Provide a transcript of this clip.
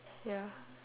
ya